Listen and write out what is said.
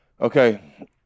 okay